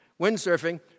Windsurfing